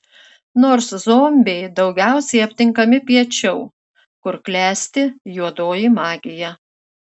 nors zombiai daugiausiai aptinkami piečiau kur klesti juodoji magija